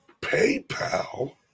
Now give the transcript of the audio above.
PayPal